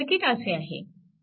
circuit असे आहे